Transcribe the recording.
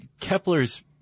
Kepler's